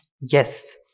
Yes